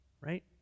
right